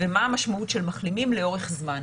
ומה המשמעות של מחלימים לאורך זמן.